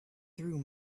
through